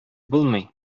булмый